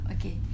Okay